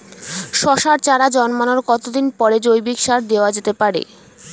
শশার চারা জন্মানোর কতদিন পরে জৈবিক সার দেওয়া যেতে পারে?